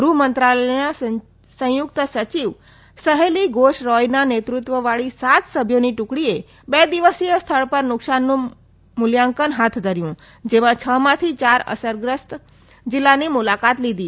ગૃહમંત્રાલયના સંયુક્ત સચિવ સહેલી ઘોષ રોયના નેતૃત્વવાળી સાત સભ્યોની ટુકડીએ બે દિવસીય સ્થળ પર નુકસાનનું મૂલ્યાંકન હાથ ધર્યું જેમાં છ માંથી ચાર અસરગ્રસ્ત જિલ્લાની મુલાકાત લીધી